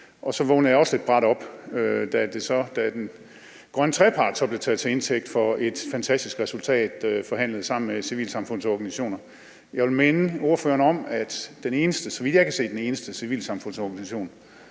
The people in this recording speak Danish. Men så vågnede jeg også lidt brat op, da den grønne trepart så blev taget til indtægt for at være et fantastisk resultat forhandlet sammen med civilsamfundsorganisationer. Jeg vil minde ordføreren om, at den eneste civilsamfundsorganisation,